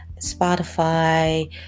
Spotify